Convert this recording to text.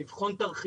צריך לבחון תרחישים,